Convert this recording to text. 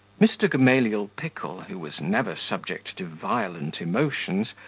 mr. gamaliel pickle, who was never subject to violent emotions,